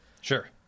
Sure